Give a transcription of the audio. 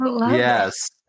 yes